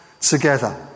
Together